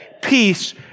Peace